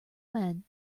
men